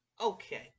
okay